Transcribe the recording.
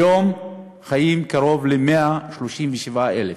היום חיים קרוב ל-137,000.